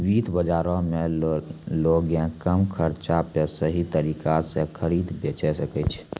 वित्त बजारो मे लोगें कम खर्चा पे सही तरिका से खरीदे बेचै सकै छै